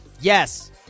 Yes